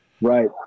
Right